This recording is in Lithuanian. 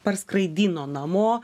parskraidino namo